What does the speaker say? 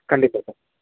ಖಂಡಿತ ಸರ್